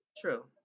True